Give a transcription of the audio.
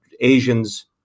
Asians